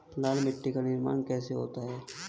लाल मिट्टी का निर्माण कैसे होता है?